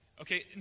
Okay